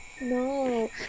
No